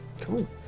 Cool